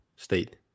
State